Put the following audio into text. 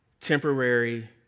temporary